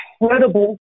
incredible